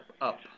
up